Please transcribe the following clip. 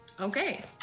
Okay